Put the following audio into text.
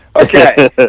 Okay